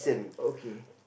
okay